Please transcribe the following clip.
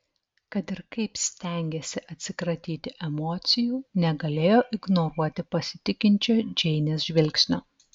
kad ir kaip stengėsi atsikratyti emocijų negalėjo ignoruoti pasitikinčio džeinės žvilgsnio